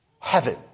heaven